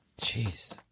Jeez